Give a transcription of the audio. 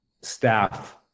staff